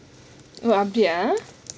okay ah